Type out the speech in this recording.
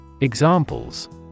Examples